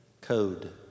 code